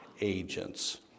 agents